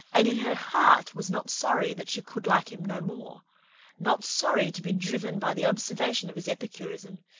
and in her heart was not sorry that she could like him no more not sorry to be driven by the observation of his epicurism,